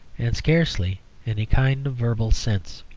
and scarcely any kind of verbal sense.